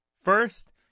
First